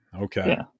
Okay